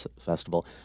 Festival